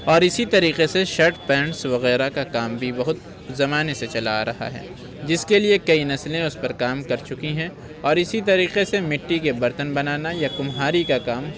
اور اسی طریقے سے شرٹ پینٹس وغیرہ کا کام بھی بہت زمانے سے چلا آ رہا ہے جس کے لیے کئی نسلیں اس پر کام کر چکی ہیں اور اسی طریقے سے مٹی کے برتن بنانا یا کمہاری کا کام